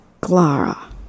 Clara